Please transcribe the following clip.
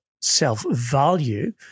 self-value